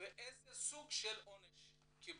ואיזה סוג של עונש הם קיבלו.